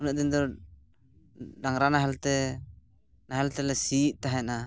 ᱩᱱᱟᱹᱜᱫᱤᱱ ᱫᱚ ᱰᱟᱝᱨᱟ ᱱᱟᱦᱮᱞᱛᱮ ᱱᱟᱦᱮᱞ ᱛᱮᱞᱮ ᱥᱤᱭᱮᱫ ᱛᱮᱦᱮᱱᱟ